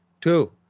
Two